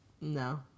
No